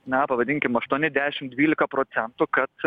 na pavadinkim aštuoni dešimt dvylika procentų kad